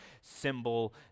symbol